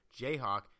Jayhawk